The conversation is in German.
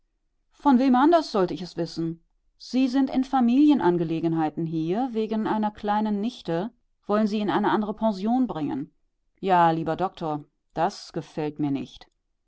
von wem anders sollte ich es wissen sie sind in familienangelegenheiten hier wegen einer kleinen nichte wollen sie in eine andere pension bringen ja lieber doktor das gefällt mir nicht